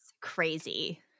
crazy